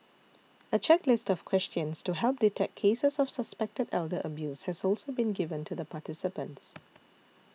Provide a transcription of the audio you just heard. a checklist of questions to help detect cases of suspected elder abuse has also been given to the participants